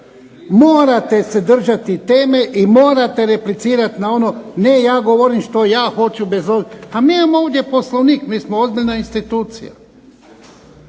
morate se držati teme i morate replicirati na ono, a ne ja govorim što ja hoću, mi imamo ovdje Poslovnik, mi smo ozbiljna institucija.